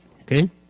Okay